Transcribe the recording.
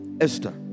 Esther